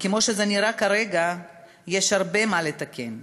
וכמו שזה נראה כרגע יש הרבה מה לתקן.